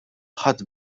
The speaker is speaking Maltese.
ħadd